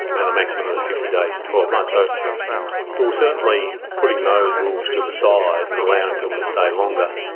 and a maximum of fifty days in twelve months. so we were certainly putting those rules to the side, and allowing people to stay longer.